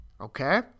Okay